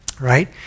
right